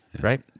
right